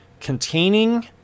containing